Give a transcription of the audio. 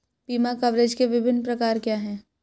बीमा कवरेज के विभिन्न प्रकार क्या हैं?